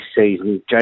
season